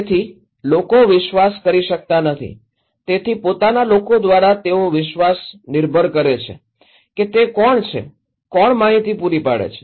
તેથી લોકો વિશ્વાસ કરી શકતા નથી તેથી પોતાના લોકો દ્વારા તેઓ વિશ્વાસ નિર્ભર કરે છે કે તે કોણ છે કોણ માહિતી પૂરી પાડે છે